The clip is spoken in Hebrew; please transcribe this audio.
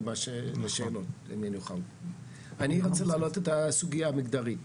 אני רוצה להעלות את הסוגיה המגדרית.